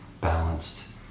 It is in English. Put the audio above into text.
balanced